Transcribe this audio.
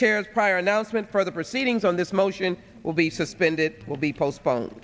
chairs prior announcement for the proceedings on this motion will be suspended will be postpone